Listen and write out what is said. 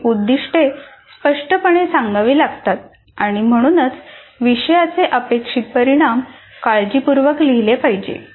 ही उद्दिष्टे स्पष्टपणे सांगावे लागतात आणि म्हणूनच विषयाचे अपेक्षित परिणाम काळजीपूर्वक लिहिले पाहिजेत